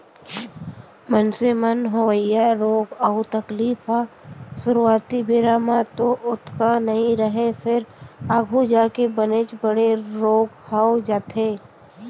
मनसे म होवइया रोग अउ तकलीफ ह सुरूवाती बेरा म तो ओतका नइ रहय फेर आघू जाके बनेच बड़े रोग हो जाथे